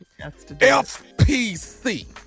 FPC